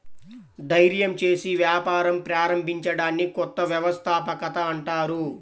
ధైర్యం చేసి వ్యాపారం ప్రారంభించడాన్ని కొత్త వ్యవస్థాపకత అంటారు